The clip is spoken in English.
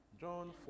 John